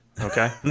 okay